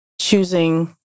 choosing